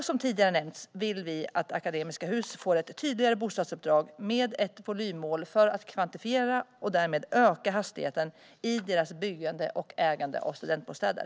Som tidigare har nämnts vill vi också att Akademiska Hus får ett tydligare bostadsuppdrag med ett volymmål för att kvantifiera och därmed öka hastigheten i deras byggande och ägande av studentbostäder.